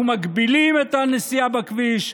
אנחנו מגבילים את הנסיעה בכביש,